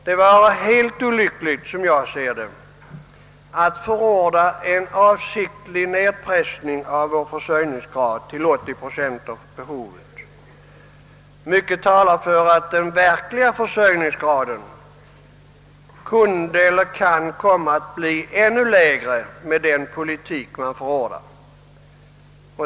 Det var helt olyckligt att förorda en avsiktlig nedpressning av vår försörjningsgrad till 80 procent av behovet. Mycket talar för att den verkliga försörjningsgraden kan komma att bli ännu lägre med den politik som förordas.